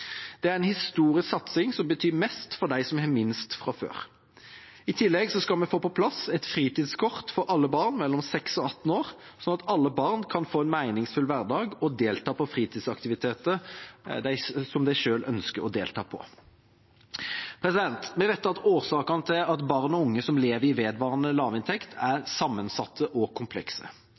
Det er en historisk satsing som betyr mest for dem som har minst fra før. I tillegg skal vi få på plass et fritidskort for alle barn mellom 6 og 18 år, sånn at alle barn kan få en meningsfull hverdag og delta på fritidsaktiviteter som de selv ønsker å delta på. Vi vet at årsakene til at barn og unge lever i vedvarende lavinntekt, er sammensatte og komplekse.